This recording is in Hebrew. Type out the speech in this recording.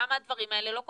למה הדברים האלה לא קורים?